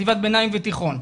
חטיבת ביניים ותיכון.